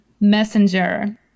Messenger